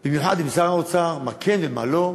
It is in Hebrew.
במיוחד עם שר האוצר, מה כן ומה לא.